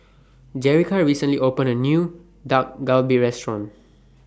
Jerrica recently opened A New Dak Galbi Restaurant